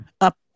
up